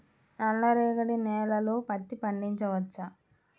నల్ల రేగడి నేలలో పత్తి పండించవచ్చా?